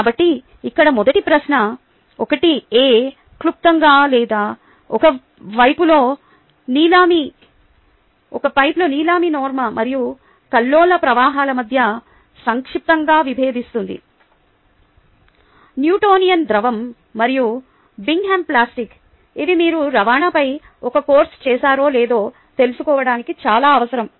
కాబట్టి ఇక్కడ మొదటి ప్రశ్న 1ఎక్లుప్తంగా లేదా 1 పైపులోని లామినార్ మరియు కల్లోల ప్రవాహాల మధ్య సంక్షిప్తంగా విభేదిస్తుంది న్యూటోనియన్ ద్రవం మరియు బింగ్హామ్ ప్లాస్టిక్ ఇవి మీరు రవాణాపై ఒక కోర్సు చేశారో లేదో తెలుసుకోవడానికి చాలా అవసరం